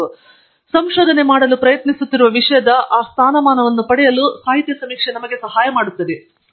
ಮತ್ತು ನಾವು ಸಂಶೋಧನೆ ಮಾಡಲು ಪ್ರಯತ್ನಿಸುತ್ತಿರುವ ವಿಷಯದ ಆ ಸ್ಥಾನಮಾನವನ್ನು ಪಡೆಯಲು ಸಾಹಿತ್ಯ ಸಮೀಕ್ಷೆ ನಮಗೆ ಸಹಾಯ ಮಾಡಬೇಕು